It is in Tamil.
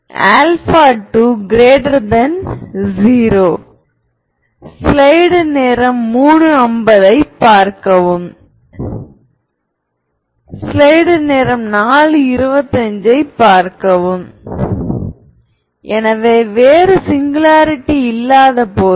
இதில் A A எனும் போது அதை ஸ்கியூ சிம்மெட்ரிக் மேட்ரிக்ஸ் என்று சொல்கிறோம்